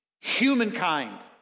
humankind